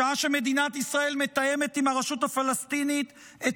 בשעה שמדינת ישראל מתאמת עם הרשות הפלסטינית את